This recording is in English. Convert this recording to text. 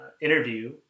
interview